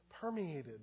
permeated